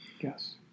Yes